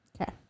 Okay